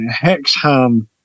Hexham